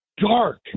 dark